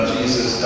Jesus